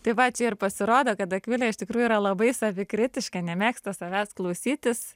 tai va čia ir pasirodo kad akvilė iš tikrųjų yra labai savikritiška nemėgsta savęs klausytis